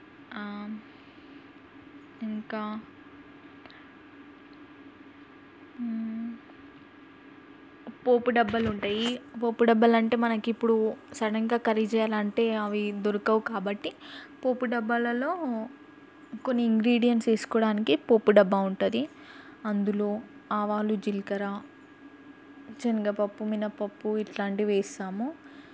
ఇంకా పోపు డబ్బాలు ఉంటాయి పోపు డబ్బాలు అంటే మనకి ఇప్పుడు సడన్గా కర్రీ చేయాలంటే అవి దొరకవు కాబట్టి పోపు డబ్బాలలో కొన్ని ఇంగ్రిడియంట్స్ వేసుకోడానికి పోపు డబ్బా ఉంటుంది అందులో ఆవాలు జీలకర్ర శనగపప్పు మినప్పప్పు ఇట్లాంటివి వేస్తాము